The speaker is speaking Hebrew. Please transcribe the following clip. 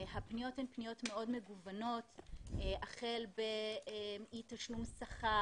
הפניות הן פניות מאוד מגוונות החל באי תשלום שכר,